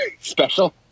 special